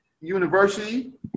University